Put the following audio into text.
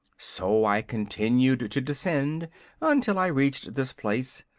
so i continued to descend until i reached this place,